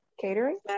Catering